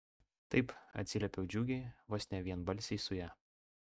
taip atsiliepiau džiugiai vos ne vienbalsiai su ja